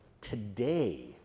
today